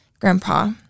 grandpa